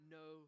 no